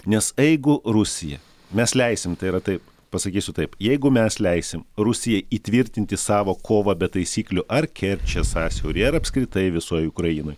nes jeigu rusija mes leisim tai yra taip pasakysiu taip jeigu mes leisim rusijai įtvirtinti savo kovą be taisyklių ar kerčės sąsiauryje ar apskritai visoj ukrainoj